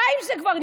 די עם זה כבר.